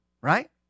Right